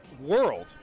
world